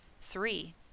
Three